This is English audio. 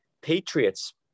Patriots